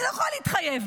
אני לא יכולה להתחייב,